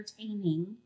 entertaining